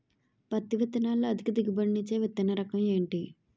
పత్తి విత్తనాలతో అధిక దిగుబడి నిచ్చే విత్తన రకం ఏంటి?